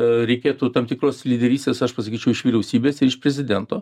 a reikėtų tam tikros lyderystės aš pasakyčiau iš vyriausybės iš prezidento